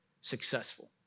successful